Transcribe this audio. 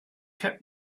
kept